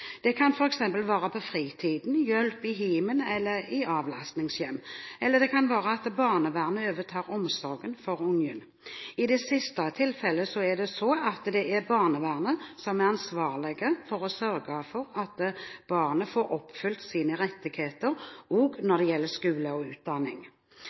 på fritiden, som hjelp i hjemmet eller i avlastningshjem, eller det kan være at barnevernet overtar omsorgen for ungen. I det siste tilfellet er det sånn at det er barnevernet som er ansvarlig for å sørge for at barnet får oppfylt rettighetene sine, også når det gjelder skole og